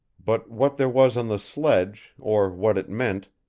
but what there was on the sledge, or what it meant,